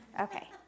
Okay